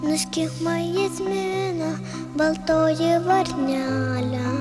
nuskink man jazminą baltoji varnele